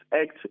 Act